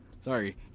sorry